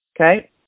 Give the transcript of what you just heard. Okay